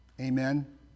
amen